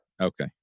Okay